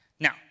Now